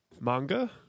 manga